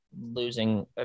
Losing